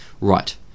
Right